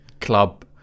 club